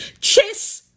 Chase